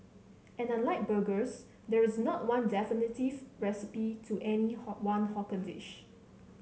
and unlike burgers there is not one definitive recipe to any one hawker dish